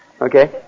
okay